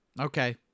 Okay